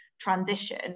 transition